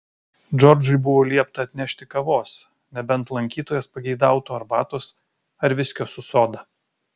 džordžui buvo liepta atnešti kavos nebent lankytojas pageidautų arbatos ar viskio su soda